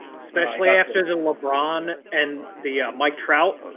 especially after the lebron and the mike trout.